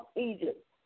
Egypt